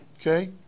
okay